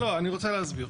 אני רוצה להסביר.